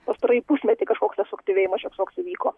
pastarąjį pusmetį kažkoks tas suaktyvėjimas šioks toks įvyko